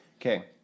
Okay